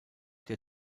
der